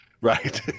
right